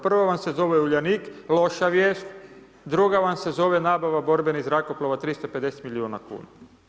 Prva vam se zove Uljanik, loša vijest, druga vam se zove nabava borbenih zrakoplova 350 milijuna kuna.